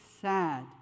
sad